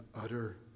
utter